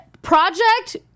Project